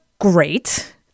great